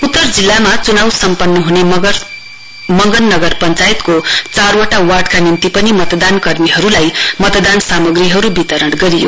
उत्तर जिल्लामा चुनाउ सम्पन्न हुने मंगन नगर पश्वायतको चारवटा वार्डका निम्ति पनि मतदान कर्मीहरुलाई मतदान सामग्रीहरु वितरण गरियो